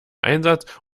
einsatz